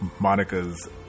Monica's